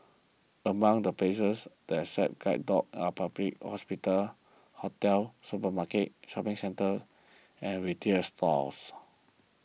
among the places that accept guide dogs are public hospitals hotels supermarkets shopping centres and retail stores